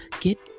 get